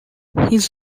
his